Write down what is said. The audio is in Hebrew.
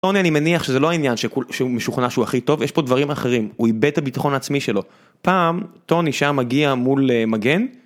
טוני אני מניח שזה לא העניין שהוא משוכנע שהוא הכי טוב, יש פה דברים אחרים, הוא איבד את הביטחון העצמי שלו, פעם טוני שהיה מגיע מול מגן